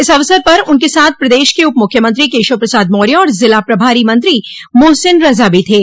इस अवसर पर उनके साथ प्रदेश के उपमुख्यमंत्री केशव प्रसाद मौर्य और जिला प्रभारी मंत्री मोहसिन रजा भी थे